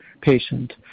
patient